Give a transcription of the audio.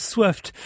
Swift